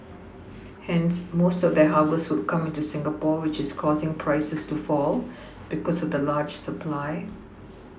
hence most of their harvest would come into Singapore which is causing prices to fall because of the large supply